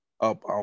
up